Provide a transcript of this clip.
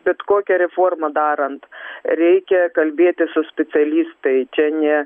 bet kokią reformą darant reikia kalbėtis su specialistai čia ne